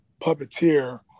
puppeteer